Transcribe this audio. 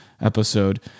episode